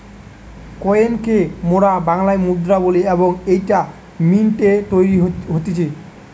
coin কে মোরা বাংলাতে মুদ্রা বলি এবং এইটা মিন্ট এ তৈরী হতিছে